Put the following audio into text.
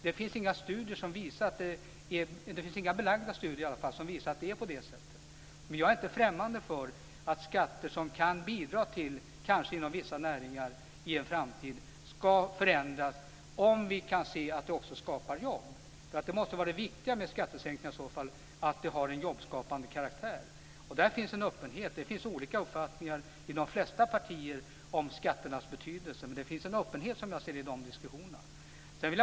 Det finns i varje fall inga belagda studier som visar att det är på det sättet. Men jag är inte främmande för att skatter kan bidra till att i en framtid förändra vissa näringar, om de skapar jobb. Det viktiga med skattesänkningar måste vara att de skall ha en jobbskapande karaktär. Det finns i de flesta partier olika uppfattningar om skatternas betydelse, men det finns, som jag ser det, en öppenhet i diskussionerna om detta.